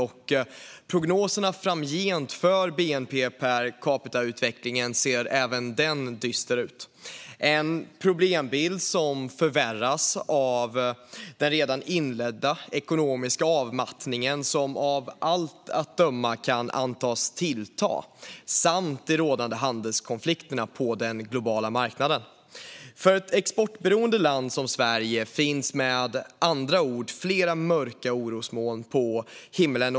Även prognoserna framgent för bnp-per-capita-utvecklingen ser dystra ut - en problembild som förvärras av den redan inledda ekonomiska avmattningen, som av allt att döma kan antas tillta, och de rådande handelskonflikterna på den globala marknaden. För ett exportberoende land som Sverige finns med andra ord flera mörka orosmoln på himlen.